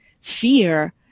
fear